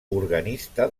organista